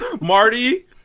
Marty